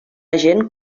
agent